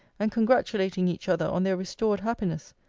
and congratulating each other on their restored happiness!